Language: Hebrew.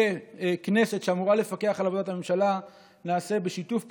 ככנסת שאמורה לפקח על עבודת הממשלה, בשיתוף פעולה,